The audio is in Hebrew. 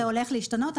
זה הולך להשתנות.